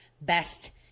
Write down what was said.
best